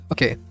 Okay